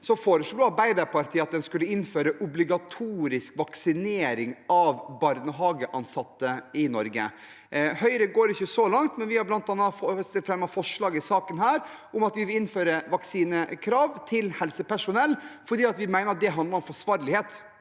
foreslo Arbeiderpartiet at en skulle innføre obligatorisk vaksinering av barnehageansatte i Norge. Høyre går ikke så langt, men vi har bl.a. fremmet forslag i denne saken om at vi vil innføre vaksinekrav til helsepersonell, for vi mener at det handler om forsvarlighet.